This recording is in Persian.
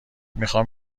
میخام